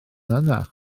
yna